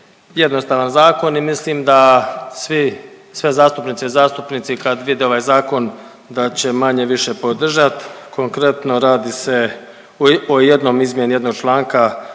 prejednostavan zakon i mislim da svi, sve zastupnice i zastupnici kad vide ovaj zakon da će manje-više podržat, konkretno radi se o jednom izmjeni jednog članka